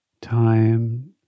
time